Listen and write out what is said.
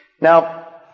Now